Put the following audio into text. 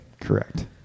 Correct